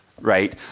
Right